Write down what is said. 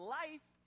life